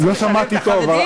לא שמעתי טוב,